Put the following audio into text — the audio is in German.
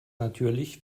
natürlich